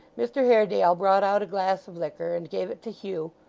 mr haredale brought out a glass of liquor, and gave it to hugh,